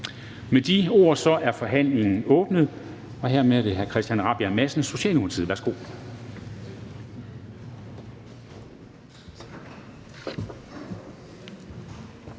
Med de ord er forhandlingen åbnet. Hermed er det hr. Christian Rabjerg Madsen, Socialdemokratiet.